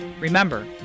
Remember